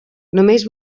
només